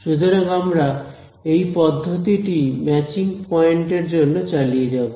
সুতরাং আমরা এই পদ্ধতিটি ম্যাচিং পয়েন্ট এর জন্য চালিয়ে যাব